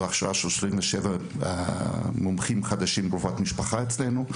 הכשרה של 27 מומחים חדשים ברפואת משפחה אצלנו,